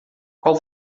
qual